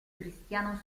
cristiano